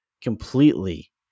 completely